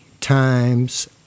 times